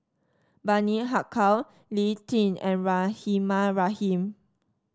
Bani Haykal Lee Tjin and Rahimah Rahim